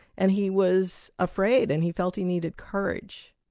and he was afraid, and he felt he needed courage.